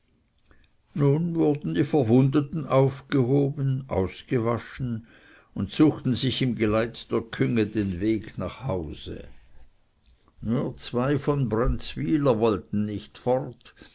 nun wurden die verwundeten aufgehoben ausgewaschen und suchten sich im geleite der künge den weg nach hause nur zwei von brönzwyler wollten nicht fort